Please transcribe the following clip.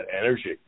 energy